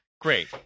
Great